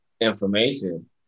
information